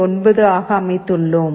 9 ஆக அமைத்துள்ளோம்